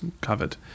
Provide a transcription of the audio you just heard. covered